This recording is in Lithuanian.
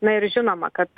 na ir žinoma kad